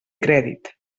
crèdit